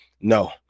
No